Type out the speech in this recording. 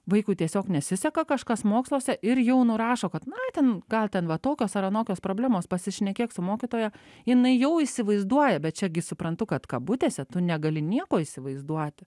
vaikui tiesiog nesiseka kažkas moksluose ir jau nurašo kad na ten gal ten va tokios ar anokios problemos pasišnekėk su mokytoja jinai jau įsivaizduoja bet čia gi suprantu kad kabutėse tu negali nieko įsivaizduoti